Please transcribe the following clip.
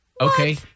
Okay